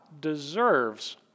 deserves